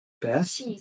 Best